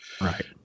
right